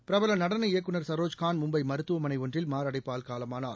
பிரபலநடன இயக்குநர் சரோஜ்கான் மும்பைமருத்துவமனைஒன்றில் மாரடைப்பால் காலமானார்